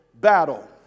battle